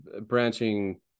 branching